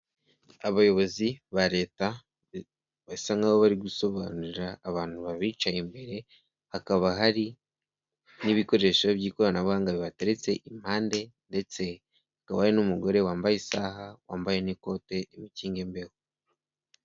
Abayobozi ba leta basa nkaho bari gusobanurira abantu babicaye imbere, hakaba hari n'ibikoresho by'ikoranabuhanga bibateretse impande ndetse hakaba hari n'umugore wambaye isaha wambaye n'ikote rimukinga imbeho.